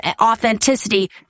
authenticity